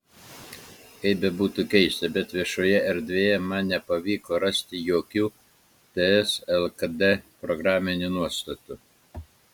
kaip bebūtų keista bet viešoje erdvėje man nepavyko rasti jokių ts lkd programinių nuostatų